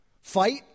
fight